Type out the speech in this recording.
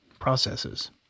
processes